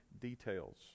details